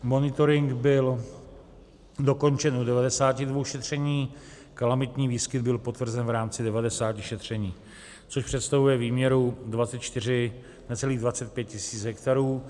Monitoring byl dokončen u 92 šetření, kalamitní výskyt byl potvrzen v rámci 90 šetření, což představuje výměru 24, necelých 25 tisíc hektarů.